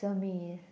Sameer